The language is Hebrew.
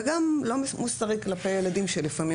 וגם לא מוסרי כלפי הילדים שלפעמים